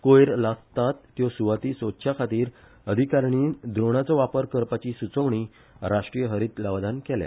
कोयर लासतात त्यो सुवाती सोदच्याखातीर अधिकारणीन ट्रोणाचो वापर करपाची सुचोवणी राष्ट्रीय हरित लवादान केल्या